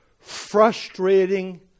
frustrating